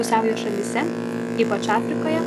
pusiaujo šalyse ypač afrikoje